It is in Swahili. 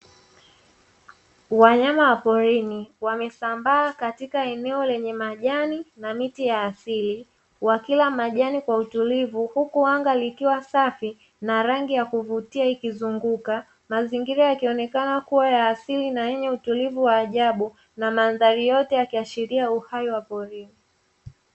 Wanyama wa porini wamesambaa katika eneo lenye majani na miti ya asili wakila majani kwa utulivu, huku anga likiwa safi na rangi ya kuvutia ikizunguka mazingira yakionekana kuwa ya asili na yenye utulivu wa ajabu na mandhari yote yakiashiria uhai wa porini.